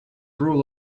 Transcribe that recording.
rule